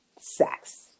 sex